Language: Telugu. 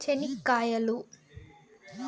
చెనిక్కాయలు